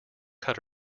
cut